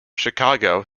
chicago